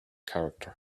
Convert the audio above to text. character